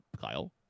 Kyle